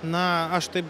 na aš taip